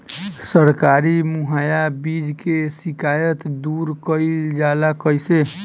सरकारी मुहैया बीज के शिकायत दूर कईल जाला कईसे?